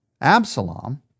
Absalom